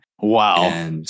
Wow